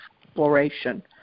exploration